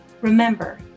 Remember